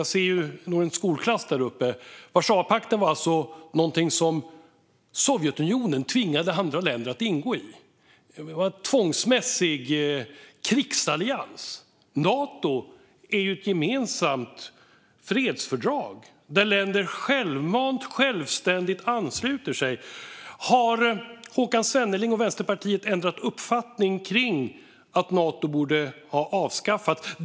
Jag ska därför berätta att man ska komma ihåg att Warszawapakten var något som Sovjetunionen tvingade andra länder att ingå i. Det var en tvingande krigsallians. Nato är ett gemensamt fredsfördrag som länder självmant och självständigt ansluter sig till. Har Håkan Svenneling och Vänsterpartiet ändrat uppfattning om att Nato borde ha avskaffats?